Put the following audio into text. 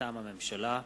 מטעם הממשלה: